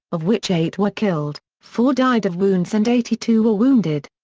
of which eight were killed, four died of wounds and eighty two were wounded.